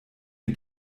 die